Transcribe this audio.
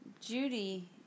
Judy